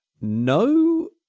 No